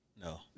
No